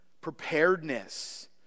preparedness